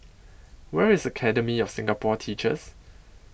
Where IS Academy of Singapore Teachers